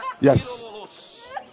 Yes